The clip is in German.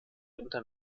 unter